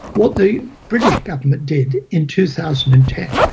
what the british government did in two thousand and ten,